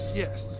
yes